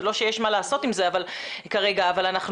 לא שיש מה לעשות עם זה כרגע אבל אנחנו